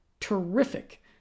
terrific